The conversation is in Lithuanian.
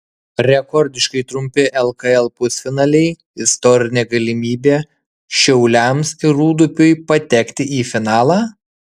rekordiškai trumpi lkl pusfinaliai istorinė galimybė šiauliams ir rūdupiui patekti į finalą